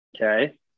Okay